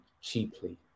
cheaply